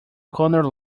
corner